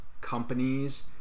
companies